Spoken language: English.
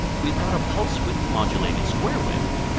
we've got a pulse width modulated square wave!